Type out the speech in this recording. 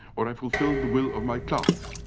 or i fulfil the will of my class,